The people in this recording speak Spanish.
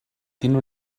tiene